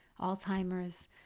alzheimer's